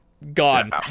Gone